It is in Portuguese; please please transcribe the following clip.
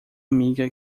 amiga